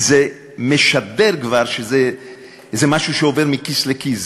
כי זה כבר משדר שזה איזה משהו שעובר מכיס לכיס,